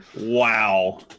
Wow